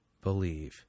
believe